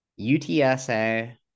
UTSA